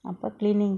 அப்ப:appa cleaning